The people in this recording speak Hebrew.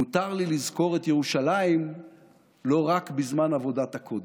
מותר לי לזכור את ירושלים לא רק בזמן עבודת הקודש.